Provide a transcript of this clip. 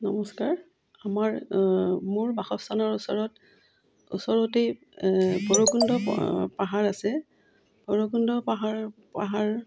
নমস্কাৰ আমাৰ মোৰ বাসস্থানৰ ওচৰত ওচৰতেই ভৈৰৱকুণ্ড পাহাৰ আছে ভৈৰৱকুণ্ড পাহাৰ পাহাৰ